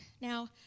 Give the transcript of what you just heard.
Now